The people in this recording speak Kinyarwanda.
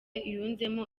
yunzemo